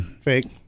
Fake